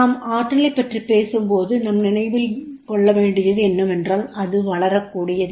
நாம் ஆற்றலைப் பற்றி பேசும்போது நம் நினைவில் கொள்ளவேண்டியது என்னவென்றால் அது வளரக்கூடியது